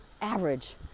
average